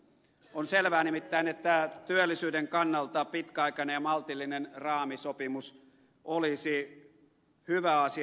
on selvää nimittäin että työllisyyden kannalta pitkäaikainen ja maltillinen raamisopimus olisi hyvä asia